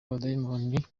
abadayimoni